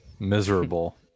miserable